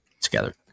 together